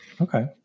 Okay